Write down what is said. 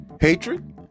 Hatred